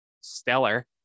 stellar